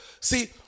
see